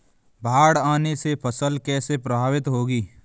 बाढ़ आने से फसल कैसे प्रभावित होगी?